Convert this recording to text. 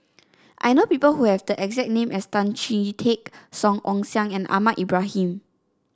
I know people who have the exact name as Tan Chee Teck Song Ong Siang and Ahmad Ibrahim